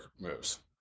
moves